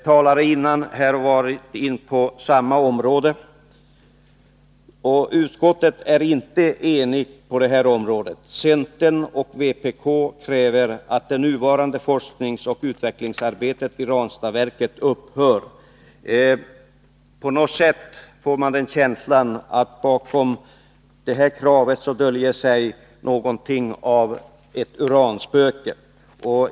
Tidigare talare har varit inne på samma område, och utskottet är inte enigt på den punkten. Centern och vpk kräver att det nuvarande forskningsoch utvecklingsarbetet vid Ranstadsverket upphör. På något sätt får man känslan att bakom det kravet döljer sig någonting av ett uranspöke.